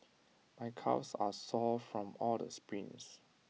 my calves are sore from all the sprints